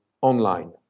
online